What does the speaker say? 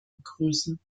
begrüßen